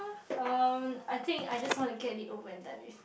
um I think I just want to get it over and done with